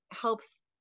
helps